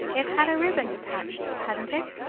it had a riband attached, hadn't it?